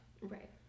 Right